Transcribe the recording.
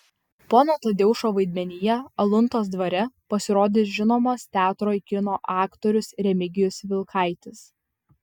pono tadeušo vaidmenyje aluntos dvare pasirodys žinomas teatro ir kino aktorius remigijus vilkaitis